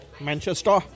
Manchester